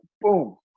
boom